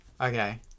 okay